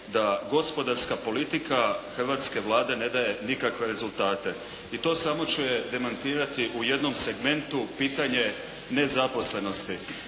da gospodarska politika hrvatske Vlade ne daje nikakve rezultate. I to samo ću je demantirati u jednom segmentu, pitanje nezaposlenosti.